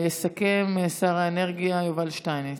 יסכם שר האנרגיה יובל שטייניץ,